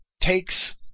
takes